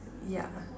yeah